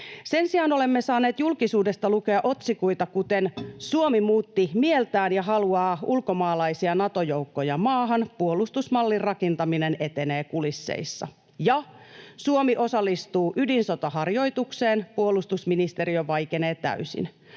Sen sijaan olemme saaneet julkisuudesta lukea otsikoita, kuten ”Suomi muutti mieltään ja haluaa ulkomaalaisia Nato-joukkoja maahan — Puolustusmallin rakentaminen etenee kulisseissa” ja ”Suomi osallistuu ydinsotaharjoitukseen — Puolustusministeriö vaikenee täysin.”